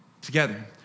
together